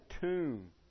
tomb